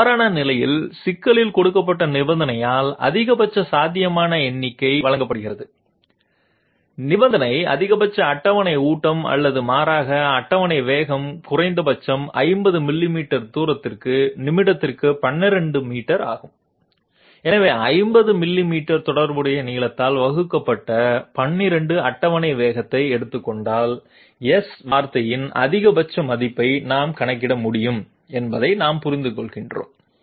அவ்வாறான நிலையில் சிக்கலில் கொடுக்கப்பட்ட நிபந்தனையால் அதிகபட்ச சாத்தியமான எண்ணிக்கை வழங்கப்படுகிறது நிபந்தனை அதிகபட்ச அட்டவணை ஊட்டம் அல்லது மாறாக அட்டவணை வேகம் குறைந்தபட்சம் 50 மில்லிமீட்டர் தூரத்திற்கு நிமிடத்திற்கு 12 மீட்டர் ஆகும் எனவே 50 மில்லிமீட்டர் தொடர்புடைய நீளத்தால் வகுக்கப்பட்ட 12 அட்டவணை வேகத்தை எடுத்துக் கொண்டால் S வார்த்தையின் அதிகபட்ச மதிப்பை நாம் கணக்கிட முடியும் என்பதை நாம் புரிந்துகொள்கிறோம்